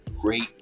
great